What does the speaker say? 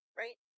right